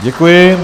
Děkuji.